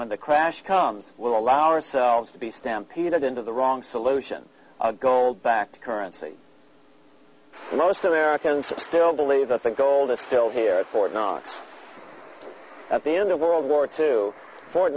when the crash comes will allow ourselves to be stampeded into the wrong solution of gold backed currency most americans still believe that the gold is still here at fort knox at the end of world war two fort